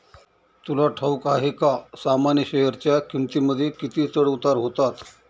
तुला ठाऊक आहे का सामान्य शेअरच्या किमतींमध्ये किती चढ उतार होतात